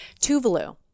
Tuvalu